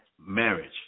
marriage